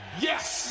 Yes